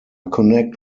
connect